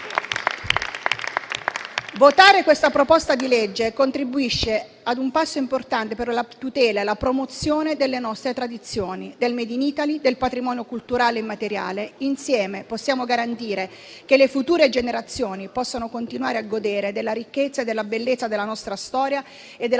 Votare questa proposta di legge contribuisce ad un passo importante per la tutela e la promozione delle nostre tradizioni, del Made in Italy e del patrimonio culturale immateriale. Insieme possiamo garantire che le future generazioni possano continuare a godere della ricchezza e della bellezza della nostra storia e della